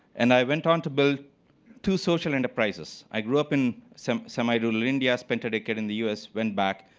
and i went on to build two social enterprises. i grew up in semi semi rural india. spent a decade in the u s. went back.